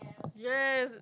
yes